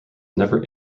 never